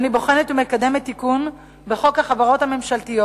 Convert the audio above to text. אני בוחנת ומקדמת תיקון בחוק החברות הממשלתיות,